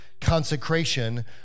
consecration